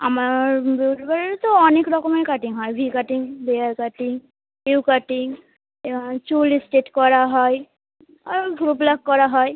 আমার বিউটি পার্লারে তো অনেক রকমের কাটিং হয় V cutting layer cutting U cutting এবাং চুল স্ট্রেট করা হয় আর ভ্রু প্লাক করা হয়